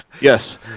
Yes